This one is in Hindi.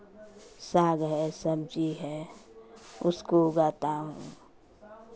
साग है सब्ज़ी है उसको उगाता हूँ